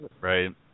right